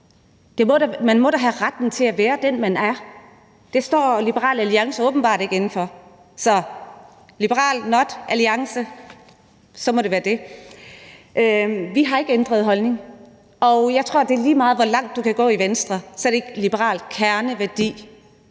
Man må da have retten til at være den, man er. Det står Liberal Alliance åbenbart ikke inde for, så Liberal Not Alliance må det være. Vi har ikke ændret holdning, og jeg tror, at lige meget, hvor langt du kan gå i Venstre, er det en liberal kerneværdi: